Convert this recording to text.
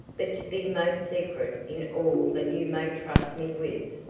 but to be most secret in all that you may trust me with.